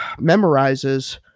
memorizes